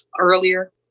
earlier